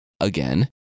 again